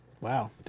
Wow